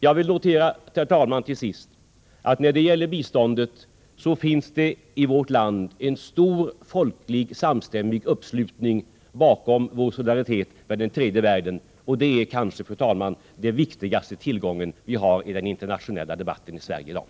Jag vill till sist, fru talman, notera att när det gäller biståndet finns det i vårt land en stor folklig samstämmig uppslutning bakom vår solidaritet med tredje världen. Det är kanske, fru talman, den viktigaste tillgång vi har i den internationella debatten i Sverige i dag.